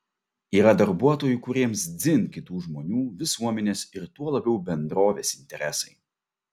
yra darbuotojų kuriems dzin kitų žmonių visuomenės ir tuo labiau bendrovės interesai